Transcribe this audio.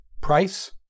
Price